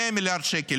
100 מיליארד שקל.